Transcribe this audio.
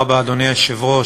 היושב-ראש,